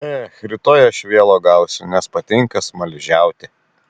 ech rytoj aš vėl uogausiu nes patinka smaližiauti